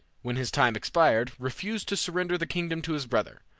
when his time expired, refused to surrender the kingdom to his brother.